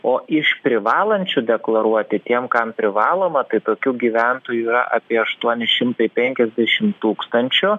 o iš privalančių deklaruoti tiem kam privaloma tai tokių gyventojų yra apie aštuoni šimtai penkiasdešimt tūkstančių